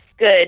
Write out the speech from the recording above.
good